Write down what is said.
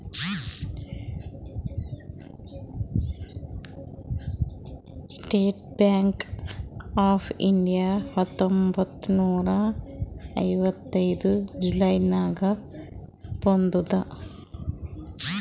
state Bank of India ಹತ್ತೊಂಬತ್ತ್ ನೂರಾ ಐವತ್ತೈದು ಜುಲೈ ನಾಗ್ ಬಂದುದ್